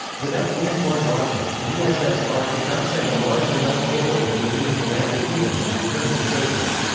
without the n one rocket, the ussr could not send a large enough payload to the moon to land a human and return him safely.